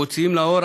מוציאים לאור,